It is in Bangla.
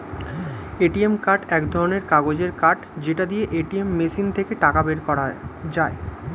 এ.টি.এম কার্ড এক ধরণের কাগজের কার্ড যেটা দিয়ে এটিএম মেশিন থেকে টাকা বের করা যায়